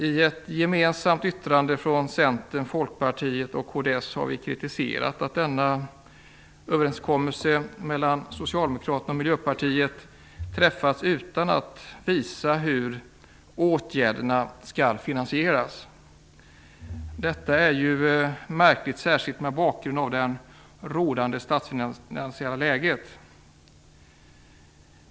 I ett gemensamt yttrande från Centern, Folkpartiet och kds har vi kritiserat att överenskommelsen mellan Socialdemokraterna och Miljöpartiet träffats utan att man visat hur åtgärderna skall finansieras. Detta är märkligt, särskilt mot bakgrund av det rådande statsfinansiella läget.